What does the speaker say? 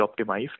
optimized